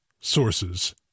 sources